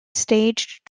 staged